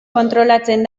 kontrolatzen